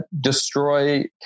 destroy